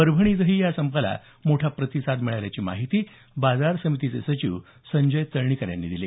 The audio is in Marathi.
परभणी इथं या संपास मोठा प्रतिसाद मिळाल्याची माहिती बाजार समितीचे सचिव संजय तळणीकर यांनी दिली